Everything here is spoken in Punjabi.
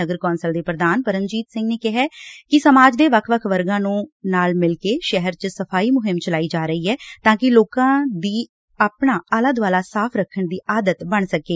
ਨਗਰ ਕੌਂਸਲ ਦੇ ਪ੍ਰਧਾਨ ਪਰਮਜੀਤ ਸਿੰਘ ਨੇ ਕਿਹਾ ਕਿ ਸਮਾਜ ਦੇ ਵੱਖ ਵੱਖ ਵਰਗਾਂ ਨੂੰ ਨਾਲ ਮਿਲਕੇ ਸ਼ਹਿਰ ਚ ਸਫ਼ਾਈ ਮੁਹਿੰਮ ਚਲਾਈ ਜਾ ਰਹੀ ਐ ਤਾਂ ਕਿ ਲੋਕਾਂ ਦੀ ਆਪਣਾ ਆਲਾ ਦੁਆਲਾ ਸਾਫ਼ ਰੱਖਣ ਦੀ ਆਦਤ ਬਣ ਸਕੇ